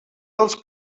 dels